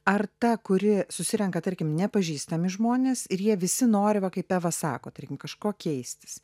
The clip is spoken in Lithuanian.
ar ta kuri susirenka tarkim nepažįstami žmonės ir jie visi nori va kaip eva sako tarkim kažko keistis